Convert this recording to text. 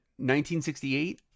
1968